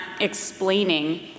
explaining